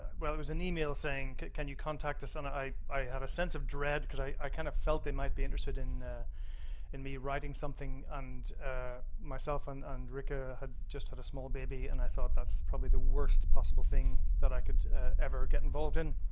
well, it was an email saying, can you contact us, and i i have a sense of dread, cuz i kind of felt it might be interested in in me writing something, and myself and and ricker had just had a small baby, and i thought that's probably the worst possible thing that i could ever get involved in.